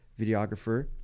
videographer